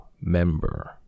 member